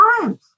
times